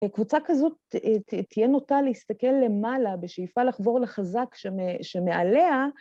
קבוצה כזאת תהיה נוטה להסתכל למעלה בשאיפה לחבור לחזק שמעליה.